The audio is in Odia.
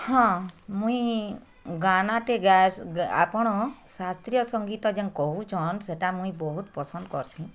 ହଁ ମୁଇ ଗାନାଟେ ଆପଣ ଶାସ୍ତ୍ରୀୟ ସଂଗୀତ ଯନ୍ କହୁଛନ୍ ସେଇଟା ମୁଇଁ ବହୁତ ପସନ୍ଦ କରସି